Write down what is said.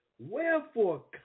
Wherefore